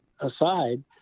aside